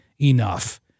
enough